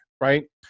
right